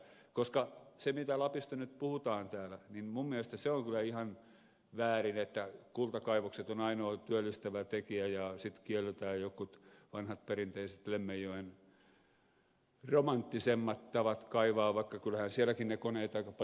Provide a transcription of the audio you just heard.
kun lapista nyt puhutaan täällä niin minusta se on kyllä ihan väärin että kultakaivokset ovat ainoa työllistävä tekijä ja sitten kielletään jotkut vanhat perinteiset lemmenjoen romanttisemmat tavat kaivaa vaikka kyllähän sielläkin ne koneet aika paljon jylläävät